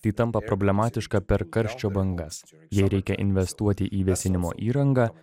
tai tampa problematiška per karščio bangas jei reikia investuoti į vėsinimo įrangą